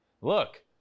look